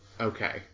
Okay